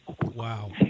Wow